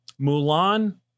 Mulan